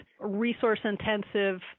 resource-intensive